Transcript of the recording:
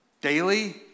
Daily